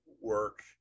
work